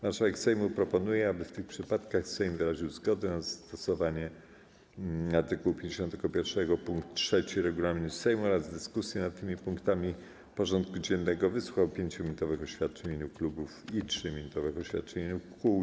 Marszałek Sejmu proponuje, aby w tych przypadkach Sejm wyraził zgodę na zastosowanie art. 51 pkt 3 regulaminu Sejmu oraz w dyskusji nad tymi punktami porządku dziennego wysłuchał 5-minutowych oświadczeń w imieniu klubów i 3-minutowych oświadczeń w imieniu kół.